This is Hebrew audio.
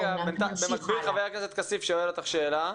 במקביל ח"כ כסיף שואל אותך שאלה.